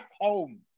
home